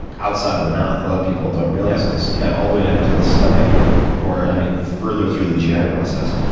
outside of the mouth. a lot of people don't realize this and all the way down to the stomach even. or i mean, further through the gi process.